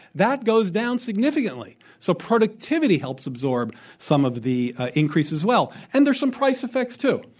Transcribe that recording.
that goes down significantly. so productivity helps absorb some of the increase as well. and there's some price effects, too.